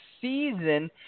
season